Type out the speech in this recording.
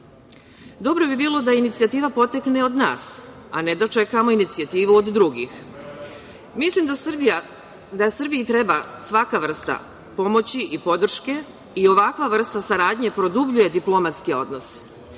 bi bilo da inicijativa potekne od nas, a ne da čekamo inicijativu od drugih. Mislim da Srbiji treba svaka vrsta pomoći i podrške i ovakva vrsta saradnje produbljuje diplomatske odnose.